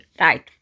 right